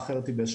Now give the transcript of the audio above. עם פורום ה-15,